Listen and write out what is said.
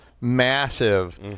massive